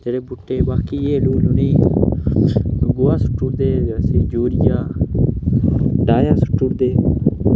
ते जेह्ड़े बूह्टे बाकी हैल हूल उनें ई गोहा सुट्टू उड़दे असें यूरिया डाया सुट्टू उड़दे